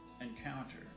encounter